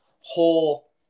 whole